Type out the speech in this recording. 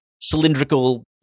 cylindrical